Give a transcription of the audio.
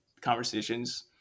conversations